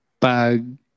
pag